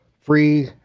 Free